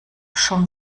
schon